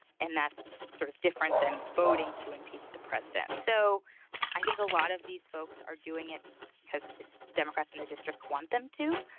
and that's sort of different than voting to impeach the president. so i think a lot of these folks are doing it because just democrats in their district want them to.